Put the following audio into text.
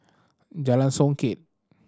Jalan Songket